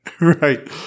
Right